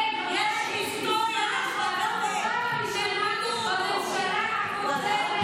הזה נולד בפעם הראשונה בממשלה הקודמת,